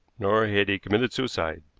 nor had he committed suicide.